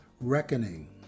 Reckoning